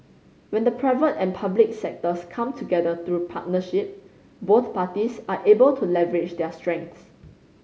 when the private and public sectors come together through partnership both parties are able to leverage their strengths